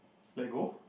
let go